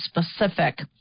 specific